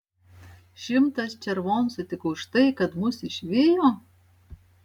šimtas červoncų tik už tai kad mus išvijo